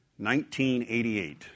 1988